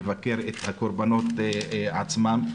נבקר את הקורבנות עצמם.